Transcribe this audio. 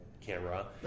Camera